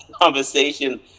conversation